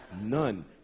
None